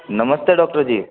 नमस्ते डॉक्टर जी